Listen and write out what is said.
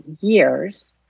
years